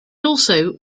also